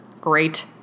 Great